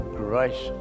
grace